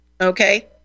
Okay